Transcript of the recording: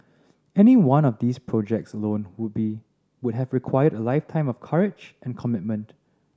any one of these projects alone would be would have required a lifetime of courage and commitment